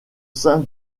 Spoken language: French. sein